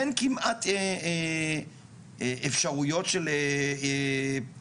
אין כמעט אפשרויות של עיסוקי